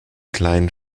kleinen